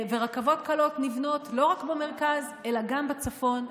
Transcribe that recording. רכבות קלות נבנות לא רק במרכז אלא גם בצפון,